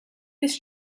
this